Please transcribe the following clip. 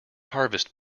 harvest